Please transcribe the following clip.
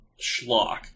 schlock